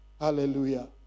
Hallelujah